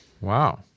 Wow